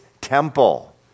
temple